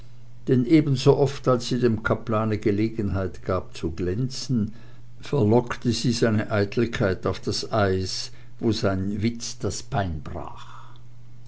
denn ebensooft als sie dem kaplane gelegenheit gab zu glänzen verlockte sie seine eitelkeit auf das eis wo sein witz das bein brach